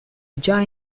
già